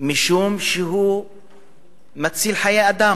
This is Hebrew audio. משום שהוא מציל חיי אדם.